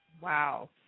Wow